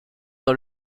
dans